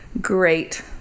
great